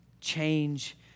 change